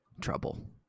trouble